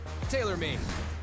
taylormade